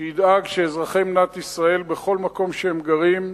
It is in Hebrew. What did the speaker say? שידאג שאזרחי מדינת ישראל, בכל מקום שהם גרים,